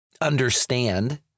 understand